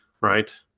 right